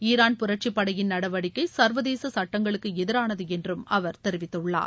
Iran புரட்சிப்படையின் நடவடிக்கை சர்வதேச சட்டங்களுக்கு எதிரானது என்றும் அவர் தெரிவித்துள்ளார்